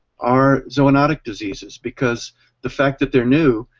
are zoonatic diseases because the fact that they are new,